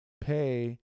pay